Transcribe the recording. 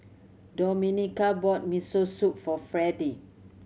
Domenica bought Miso Soup for Fredy